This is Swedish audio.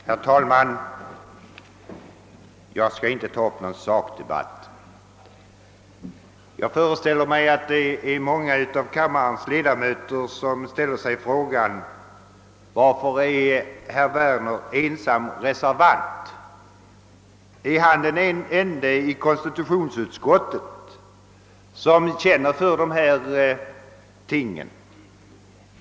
Herr talman! Jag skall inte ta upp någon sakdebatt. Jag föreställer mig att många av kammarens ledamöter frågar sig: Varför är herr Werner ensam reservant? Är han den ende i konstitutionsutskottet som känner för dessa ting?